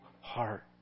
heart